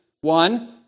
One